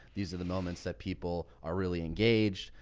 these are the moments that people are really engaged.